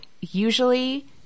usually